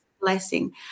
blessing